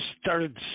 started